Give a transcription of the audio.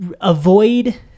avoid